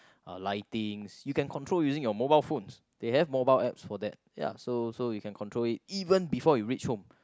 uh lightings you can control using your mobile phones they have mobile apps for that ya so so you can control it even before you reach home